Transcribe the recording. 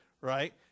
Right